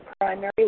primary